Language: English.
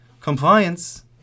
Compliance